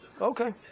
Okay